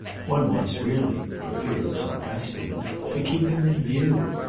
one wants really for fear of some accident to keep him in view.